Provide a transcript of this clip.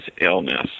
illness